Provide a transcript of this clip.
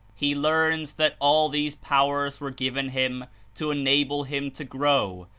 he learns that all these powers were given him to enable him to grow,